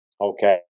Okay